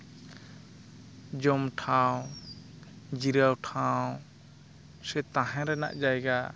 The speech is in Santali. ᱡᱚᱢ ᱴᱷᱟᱶ ᱡᱤᱨᱟᱹᱣ ᱴᱷᱟᱶ ᱥᱮ ᱛᱟᱦᱮᱸ ᱨᱮᱱᱟᱜ ᱡᱟᱭᱜᱟ